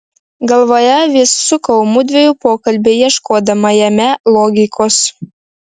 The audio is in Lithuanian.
galvoje vis sukau mudviejų pokalbį ieškodama jame logikos